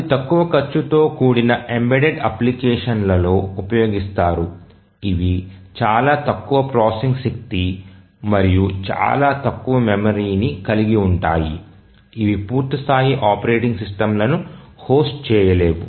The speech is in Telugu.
ఇవి తక్కువ ఖర్చుతో కూడిన ఎంబెడెడ్ అప్లికేషన్లలో ఉపయోగిస్తారు ఇవి చాలా తక్కువ ప్రాసెసింగ్ శక్తి మరియు చాలా తక్కువ మెమరీని కలిగి ఉంటాయి ఇవి పూర్తి స్థాయి ఆపరేటింగ్ సిస్టమ్లను హోస్ట్ చేయలేవు